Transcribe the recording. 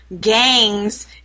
gangs